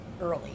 early